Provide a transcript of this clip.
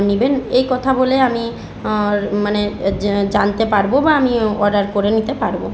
নেবেন এই কথা বলে আমি আর মানে জ্ জানতে পারব বা আমি অর্ডার করে নিতে পারব